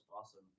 awesome